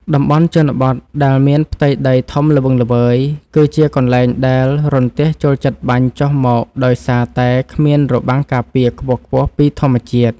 តំបន់ជនបទដែលមានផ្ទៃដីធំល្វឹងល្វើយគឺជាកន្លែងដែលរន្ទះចូលចិត្តបាញ់ចុះមកដោយសារតែគ្មានរបាំងការពារខ្ពស់ៗពីធម្មជាតិ។